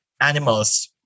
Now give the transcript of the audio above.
animals